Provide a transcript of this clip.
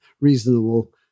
reasonable